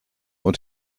und